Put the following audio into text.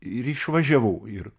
ir išvažiavau ir